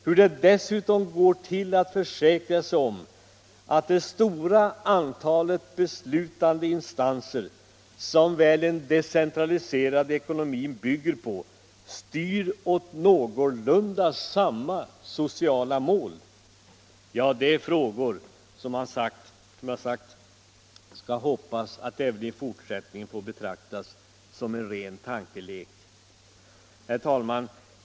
Hur det dessutom går till att försäkra sig om att det stora antalet beslutande instanser, som väl en decentraliserad ekonomi bygger på, styr åt någorlunda samma sociala mål — ja, det är frågor vilka man, som sagt, skall hoppas att även i fortsättningen få betrakta som en ren tankelek. Herr talman!